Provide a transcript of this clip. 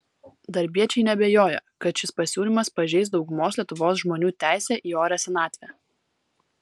darbiečiai neabejoja kad šis pasiūlymas pažeis daugumos lietuvos žmonių teisę į orią senatvę